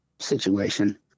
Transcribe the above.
situation